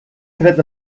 fred